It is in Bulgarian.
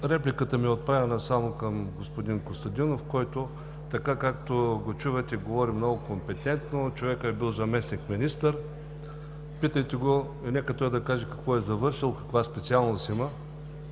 Репликата ми е отправена към господин Костадинов, който, така както го чувате, говори много компетентно – човекът е бил заместник-министър. Питайте го – нека да каже какво е завършил, каква специалност има.